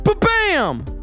Bam